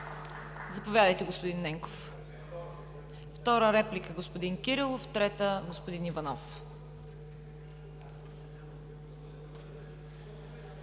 Заповядайте, господин Ненков.